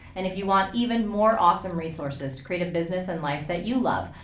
and if you want even more awesome resources to create a business and life that you love,